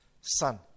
son